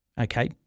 Okay